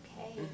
Okay